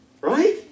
Right